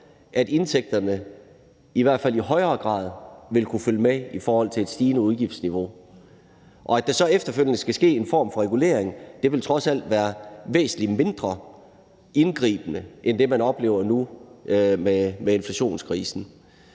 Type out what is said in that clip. at indtægterne i hvert fald i højere grad vil kunne følge med et stigende udgiftsniveau. Og at der så efterfølgende skal ske en form for regulering, vil trods alt være væsentlig mindre indgribende end det, man oplever nu med inflationskrisen.